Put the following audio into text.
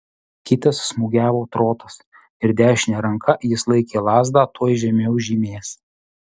kitas smūgiavo trotas ir dešine ranka jis laikė lazdą tuoj žemiau žymės